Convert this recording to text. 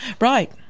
Right